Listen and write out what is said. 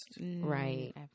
right